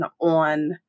on